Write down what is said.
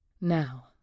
Now